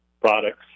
products